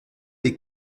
des